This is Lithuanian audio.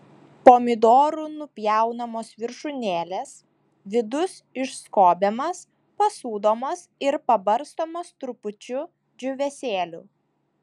pomidorų nupjaunamos viršūnėlės vidus išskobiamas pasūdomas ir pabarstomas trupučiu džiūvėsėlių